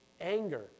anger